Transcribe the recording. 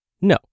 no